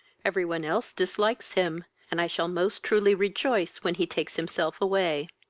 every one else dislikes him, and i shall most truly rejoice when he takes himself away.